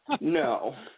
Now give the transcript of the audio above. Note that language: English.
No